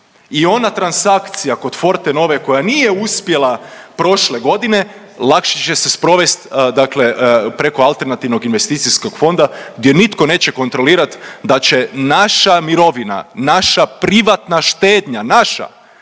I ona transakcija kod Fortenove koja nije uspjela prošle godine lakše će se sprovest preko alternativnog investicijskog fonda gdje nitko neće kontrolirat da će naša mirovina, naša privatna štednja, naša,